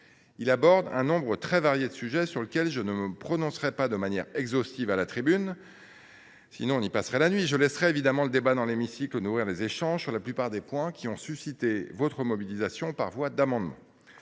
Il aborde un nombre très varié de sujets sur lesquels je ne me prononcerai pas de manière exhaustive à cette tribune ; nous y passerions la nuit ! Je laisserai le débat dans l’hémicycle nourrir les échanges sur la plupart des points qui ont suscité votre mobilisation par voie d’amendement.